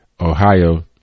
Ohio